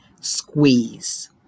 squeeze